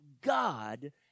God